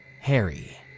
Harry